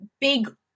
big